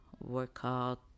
workout